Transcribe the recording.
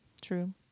true